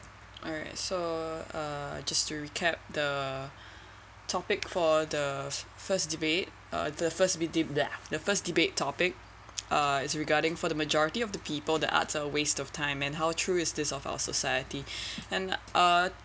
alright so uh just to recap the topic for the first debate uh the first deba~ the first debate topic uh it's regarding for the majority of the people the the arts are waste of time and how true is this of our society and uh